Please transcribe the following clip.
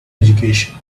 education